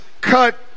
cut